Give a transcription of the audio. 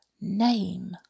name